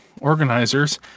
organizers